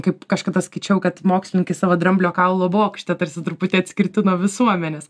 kaip kažkada skaičiau kad mokslininkai savo dramblio kaulo bokštą tarsi truputį atskirti nuo visuomenės